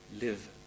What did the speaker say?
live